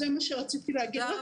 זה מה שרציתי להגיד.